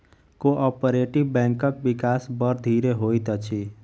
cooperative बैंकक विकास बड़ धीरे होइत अछि